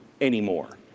anymore